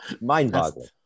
Mind-boggling